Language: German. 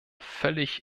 völlig